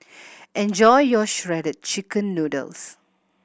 enjoy your Shredded Chicken Noodles